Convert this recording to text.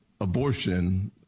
abortion